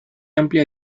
amplia